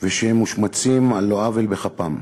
ושהם מושמצים על לא עוול בכפם.